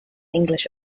english